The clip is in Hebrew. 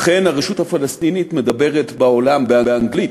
אכן, הרשות הפלסטינית מדברת בעולם באנגלית,